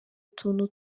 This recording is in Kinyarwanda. utuntu